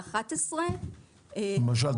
התקנות קיימות משנת 2011. למשל?